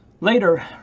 later